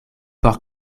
por